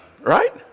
right